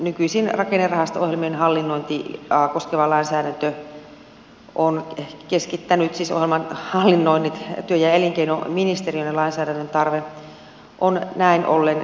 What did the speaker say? nykyisin rakennerahasto ohjelmien hallinnointia koskeva lainsäädäntö on keskitetty työ ja elinkeinoministeriöön joten lainsäädännön tarve on näin ollen vähentynyt